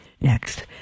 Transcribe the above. Next